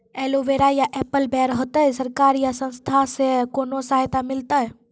Aloe vera या apple बैर होते? सरकार या संस्था से कोनो सहायता मिलते?